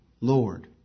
Lord